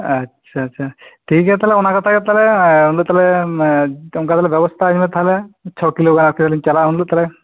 ᱟᱪᱪᱷᱟ ᱟᱪᱪᱷᱟ ᱴᱷᱤᱠ ᱜᱮᱭᱟ ᱚᱱᱟ ᱠᱟᱛᱷᱟ ᱜᱮ ᱛᱟᱦᱚᱞᱮ ᱩᱱ ᱫᱚ ᱛᱟᱦᱚᱞᱮᱢ ᱚᱱᱠᱟ ᱛᱟᱦᱚᱞᱮ ᱵᱮᱵᱚᱥᱛᱟ ᱟᱹᱧ ᱢᱮ ᱛᱟᱦᱚᱞᱮ ᱪᱷᱚ ᱠᱤᱞᱳ ᱜᱟᱱ ᱟᱨᱠᱤ ᱩᱱᱫᱚ ᱪᱟᱞᱟᱜᱼᱟ